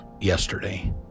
yesterday